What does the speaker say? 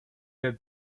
herr